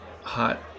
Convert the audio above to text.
hot